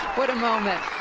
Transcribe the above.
what a moment.